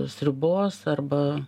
sriubos arba